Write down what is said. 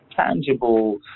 tangible